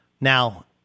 Now